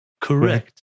Correct